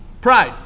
Pride